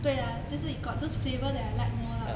对啦就是 got those flavour I like more lah like